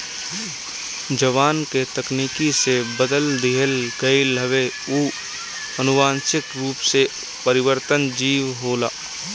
जवना के तकनीकी से बदल दिहल गईल हवे उ अनुवांशिक रूप से परिवर्तित जीव होला